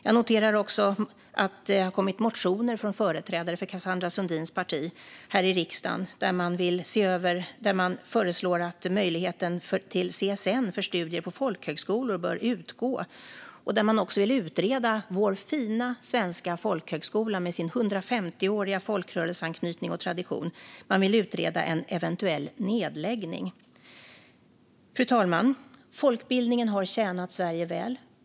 Jag noterar dessutom att det har kommit motioner från företrädare för Cassandra Sundins parti här i riksdagen där man föreslår att möjligheten till CSN-stöd för studier på folkhögskolor bör utgå och att man vill utreda vår fina, svenska folkhögskola med sin 150-åriga folkrörelseanknytning och tradition. Man vill utreda en eventuell nedläggning. Fru talman! Folkbildningen har tjänat Sverige väl.